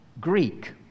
Greek